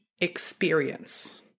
experience